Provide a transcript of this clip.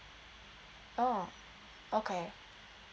oh okay